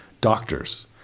doctors